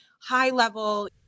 high-level